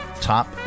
top